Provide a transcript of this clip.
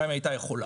גם אם היתה יכולה.